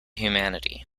humanity